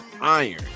iron